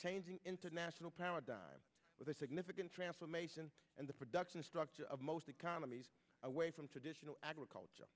changing international paradigm with a significant transformation and the production structure of most economies away from traditional agriculture